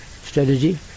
strategy